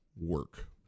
work